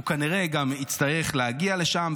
הוא כנראה גם יצטרך להגיע לשם.